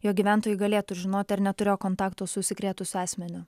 jog gyventojai galėtų ir žinoti ar neturėjo kontakto su užsikrėtusiu asmeniu